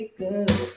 good